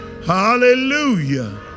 Hallelujah